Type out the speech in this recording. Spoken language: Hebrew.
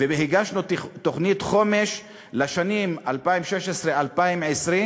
והגשנו תוכנית חומש לשנים 2016 2020,